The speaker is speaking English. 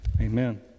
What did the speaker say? Amen